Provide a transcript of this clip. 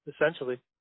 essentially